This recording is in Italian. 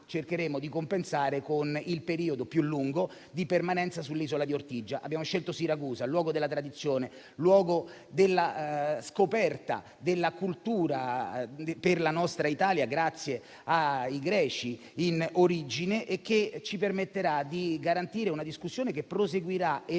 di compensare con il periodo più lungo di permanenza sull'isola di Ortigia. Abbiamo scelto Siracusa: luogo della tradizione, luogo della scoperta della cultura per la nostra Italia, grazie ai greci in origine. Questo ci permetterà di garantire una discussione che proseguirà e